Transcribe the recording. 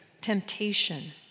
temptation